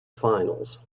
finals